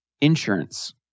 insurance